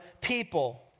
people